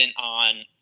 on